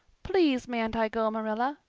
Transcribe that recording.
please, mayn't i go, marilla?